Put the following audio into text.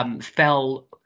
fell